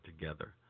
together